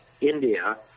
India